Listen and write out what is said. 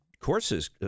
courses